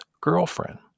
girlfriend